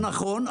זה נכון,